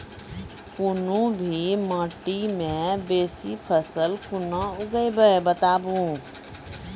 कूनू भी माटि मे बेसी फसल कूना उगैबै, बताबू?